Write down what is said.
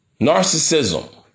Narcissism